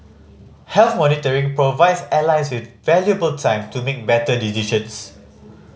health monitoring provides airlines with valuable time to make better decisions